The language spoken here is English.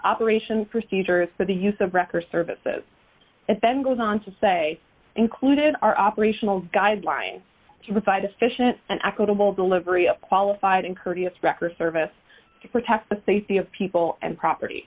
operations procedures for the use of record services it then goes on to say included are operational guidelines to provide a fission and equitable delivery of qualified and courteous record service to protect the safety of people and property